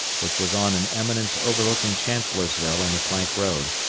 which was on an eminence overlooking chancellorsville and the plank road,